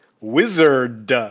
wizard